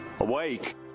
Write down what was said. Awake